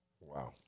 Wow